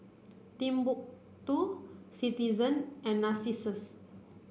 Timbuk two Citizen and Narcissus